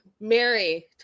mary